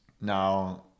now